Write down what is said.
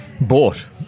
bought